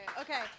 okay